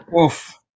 Oof